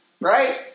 right